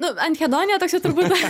nu anhedonija toks jau turbūt